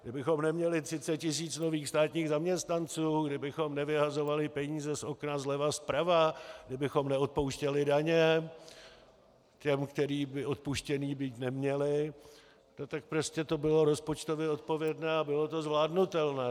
Kdybychom neměli 30 tis. nových státních zaměstnanců, kdybychom nevyhazovali peníze z okna zleva zprava, kdybychom neodpouštěli daně těm, kterým by odpuštěny být neměly, tak prostě to bylo rozpočtově odpovědné a bylo to zvládnutelné.